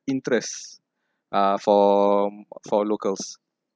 interest uh for for locals